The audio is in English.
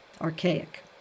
archaic